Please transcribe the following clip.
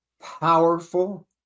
powerful